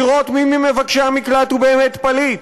לראות מי ממבקשי המקלט הוא באמת פליט,